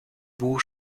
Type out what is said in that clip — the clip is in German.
buch